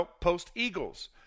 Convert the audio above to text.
post-Eagles